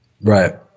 right